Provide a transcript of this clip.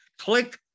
Click